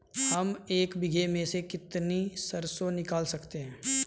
हम एक बीघे में से कितनी सरसों निकाल सकते हैं?